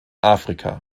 afrika